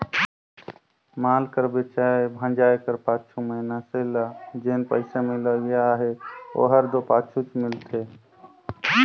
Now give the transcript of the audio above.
माल कर बेंचाए भंजाए कर पाछू मइनसे ल जेन पइसा मिलोइया अहे ओहर दो पाछुच मिलथे